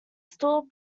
still